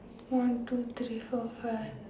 one two three four five